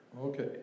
Okay